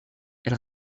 elle